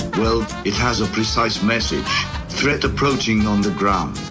well, it has a precise message threat approaching on the ground.